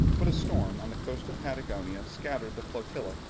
but a storm on the coast of patagonia scattered the flotilla,